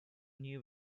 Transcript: new